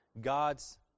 God's